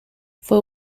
fue